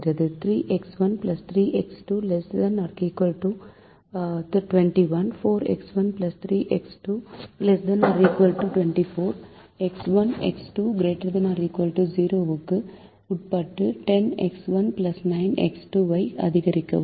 3X1 3X2 ≤ 21 4X1 3X2 ≤ 24 X1 X2 ≥ 0 க்கு உட்பட்டு 10X1 9X2 ஐ அதிகரிக்கவும்